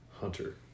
Hunter